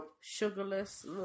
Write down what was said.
sugarless